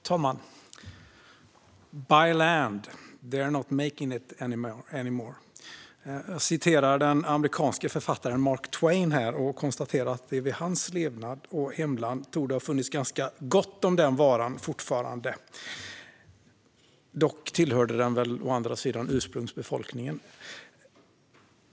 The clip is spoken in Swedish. Fru talman! "Buy land, they are not making it anymore." Jag citerar här den amerikanske författaren Mark Twain och konstaterar att det under hans levnad fortfarande torde ha funnits ganska gott om den varan i hans hemland. Dock tillhörde den väl ursprungsbefolkningen.